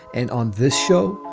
and on this show,